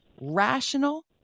rational